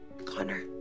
Connor